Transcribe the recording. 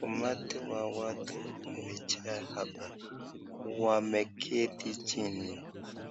Umati wa watu umejaa hapa. Wameketi chini ,